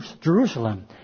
Jerusalem